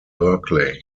berkeley